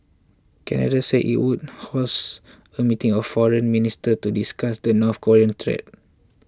Canada said it would host a meeting of foreign ministers to discuss the North Korean threat